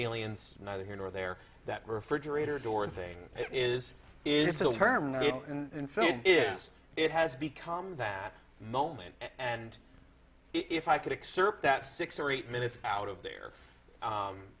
aliens neither here nor there that refrigerator door thing is it's a term and for you yes it has become that moment and if i could accept that six or eight minutes out of there